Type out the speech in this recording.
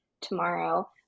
tomorrow